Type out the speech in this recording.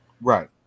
Right